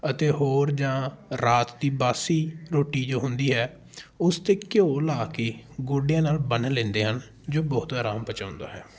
ਅਤੇ ਹੋਰ ਜਾਂ ਰਾਤ ਦੀ ਬਾਸੀ ਰੋਟੀ ਜੋ ਹੁੰਦੀ ਹੈ ਉਸ 'ਤੇ ਘਿਓ ਲਾ ਕੇ ਗੋਡਿਆਂ ਨਾਲ ਬੰਨ੍ਹ ਲੈਂਦੇ ਹਨ ਜੋ ਬਹੁਤ ਆਰਾਮ ਪਹੁੰਚਾਉਂਦਾ ਹੈ